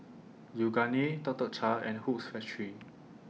Yoogane Tuk Tuk Cha and Hoops Factory